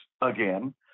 again